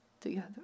together